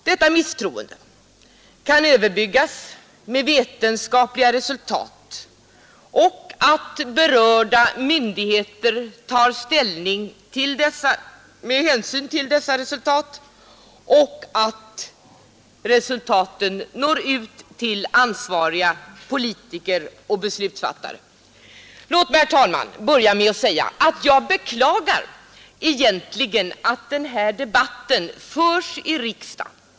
Detta misstroende kan överbryggas med vetenskapliga resultat och med att berörda myndigheter tar ställning med hänsyn till dessa resultat och att resultaten når ut till ansvariga politiker och beslutsfattare. Låt mig, herr talman, börja med att säga att jag egentligen beklagar att den här debatten förs i riksdagen.